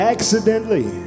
Accidentally